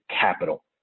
capital